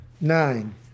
Nine